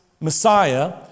Messiah